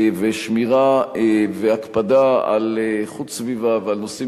ושמירה והקפדה על איכות סביבה ועל נושאים